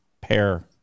pair